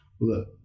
look